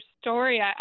story